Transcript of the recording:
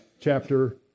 chapter